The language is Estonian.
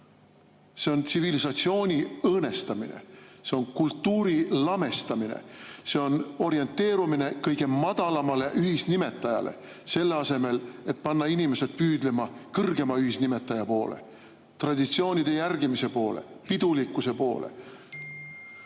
See on tsivilisatsiooni õõnestamine. See on kultuuri lamestamine. See on orienteerumine kõige madalamale ühisnimetajale, selle asemel et panna inimesed püüdlema kõrgema ühisnimetaja poole, traditsioonide järgimise poole, pidulikkuse poole.